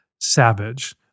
savage